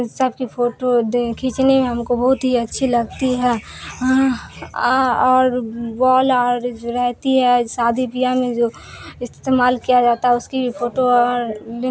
سب کی فوٹو دے کھینچنے میں ہم کو بہت ہی اچھی لگتی ہے اور وال اور جو رہتی ہے شادی بیاہ میں جو استعمال کیا جاتا ہے اس کی بھی فوٹو اور